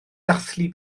dathlu